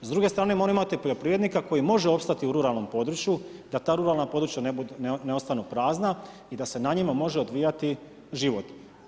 S druge strane moramo imati poljoprivrednika koji može opstati u ruralnom području da ta ruralna područja ne ostanu prazna i da se na njima može odvijati život.